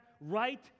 right